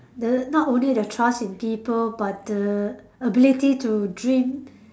the not only the trust in people but the ability to dream